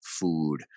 food